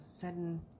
sudden